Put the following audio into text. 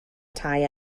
tai